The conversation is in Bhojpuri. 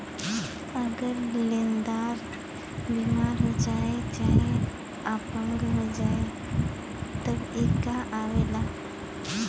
अगर लेन्दार बिमार हो जाए चाहे अपंग हो जाए तब ई कां आवेला